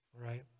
right